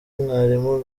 mwarimu